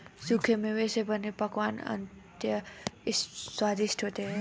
सूखे मेवे से बने पकवान अत्यंत स्वादिष्ट होते हैं